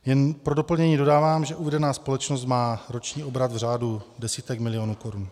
Jen pro doplnění dodávám, že uvedená společnost má roční obrat v řádu desítek milionů korun.